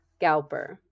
Galper